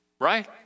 right